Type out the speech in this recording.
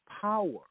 power